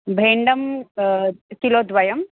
भेण्डं kilo द्वयं